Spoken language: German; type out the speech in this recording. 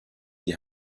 die